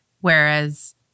Whereas